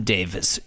Davis